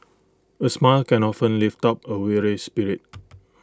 A smile can often lift up A weary spirit